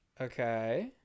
Okay